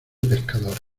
pescadores